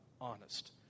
honest